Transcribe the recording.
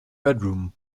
bedroom